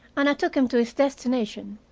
and i took him to his destination.